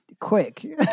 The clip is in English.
quick